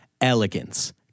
elegance